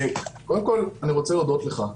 קודם כל אני רוצה להודות לך,